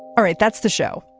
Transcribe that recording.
all right. that's the show.